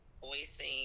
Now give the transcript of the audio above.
voicing